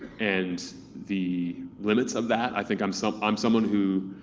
and the limits of that. i think i'm so i'm someone who